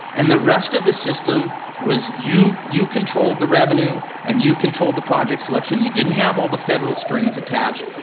and the rest of the system was you you controlled the revenue and you controlled the project selection, you didn't have all the federal strings attached,